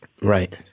Right